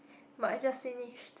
but I just finished